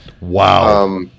Wow